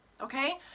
okay